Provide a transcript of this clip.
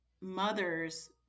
mothers